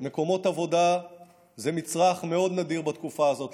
מקומות עבודה זה מצרך מאוד נדיר בתקופה הזאת,